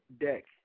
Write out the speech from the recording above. deck